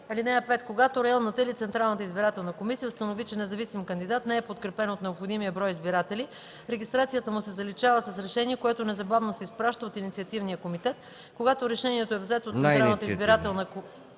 Когато Централната избирателна комисия установи, че независимите кандидати не са подкрепени от необходимия брой избиратели, регистрацията им се заличава с решение, което незабавно се изпраща на инициативния комитет. (6) Решението на Централната избирателна комисия